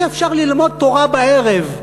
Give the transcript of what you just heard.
אי-אפשר ללמוד תורה בערב,